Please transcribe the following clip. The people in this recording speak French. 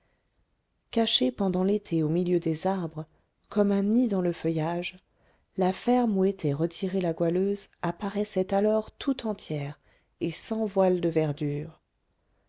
cachée pendant l'été au milieu des arbres comme un nid dans le feuillage la ferme où était retirée la goualeuse apparaissait alors tout entière et sans voile de verdure